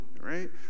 right